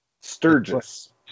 Sturgis